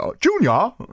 Junior